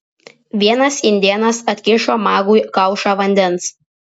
vienas indėnas atkišo magui kaušą vandens